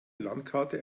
landkarte